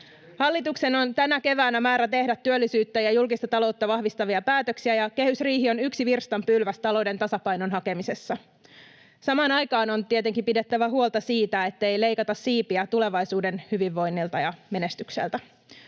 Hallituksen on tänä keväänä määrä tehdä työllisyyttä ja julkista taloutta vahvistavia päätöksiä, ja kehysriihi on yksi virstanpylväs talouden tasapainon hakemisessa. Samaan aikaan on tietenkin pidettävä huolta siitä, ettei leikata siipiä tulevaisuuden hyvinvoinnilta ja menestykseltä.